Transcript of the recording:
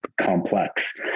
complex